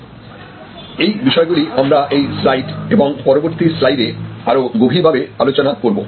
এই বিষয়গুলি আমরা এই স্লাইড এবং পরবর্তী স্লাইডে আরো গভীরভাবে আলোচনা করব